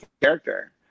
character